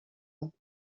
ans